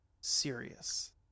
serious